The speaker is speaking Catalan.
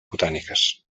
botàniques